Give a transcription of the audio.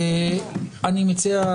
אני מציע,